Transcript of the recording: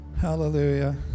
Hallelujah